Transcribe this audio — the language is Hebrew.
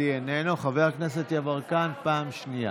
אנחנו בתחילת, הוא רואה את השיירה, את השיירה.